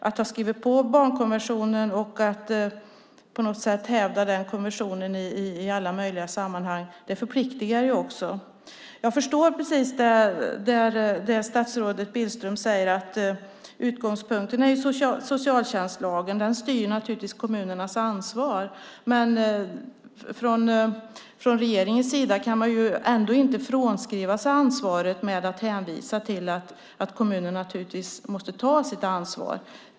Att ha skrivit på konventionen och att hävda den i alla möjliga sammanhang förpliktar. Jag förstår det statsrådet Billström säger om att utgångspunkten är socialtjänstlagen. Den styr naturligtvis kommunernas ansvar. Regeringen kan dock inte frånskriva sig ansvaret genom att hänvisa till att kommunerna måste ta sitt ansvar.